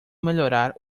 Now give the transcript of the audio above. melhorar